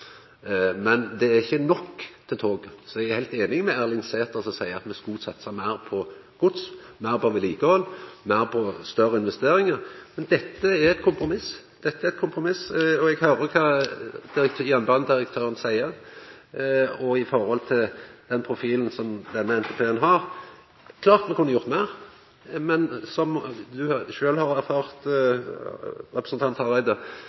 Men det er ikkje nok til tog, så eg er heilt einig med Erling Sæther, som seier at me skulle satsa meir på gods, meir på vedlikehald, meir på større investeringar. Men dette er eit kompromiss, og eg høyrer kva jernbanedirektøren seier. Og med omsyn til den profilen som denne NTP-en har, er det klart ein kunne ha gjort meir. Men som òg representanten Hareide har erfart, er